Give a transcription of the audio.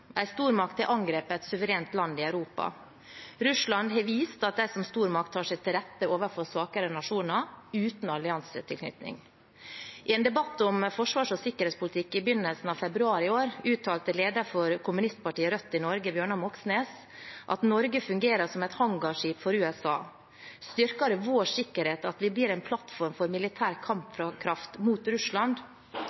stormakt har angrepet et suverent land i Europa. Russland har vist at de som stormakt tar seg til rette overfor svakere nasjoner uten alliansetilknytning. I en debatt om forsvars- og sikkerhetspolitikk i begynnelsen av februar i år uttalte lederen for kommunistpartiet Rødt i Norge, Bjørnar Moxnes, at Norge fungerer som et hangarskip for USA. «Styrker det vår sikkerhet at vi blir en plattform for militær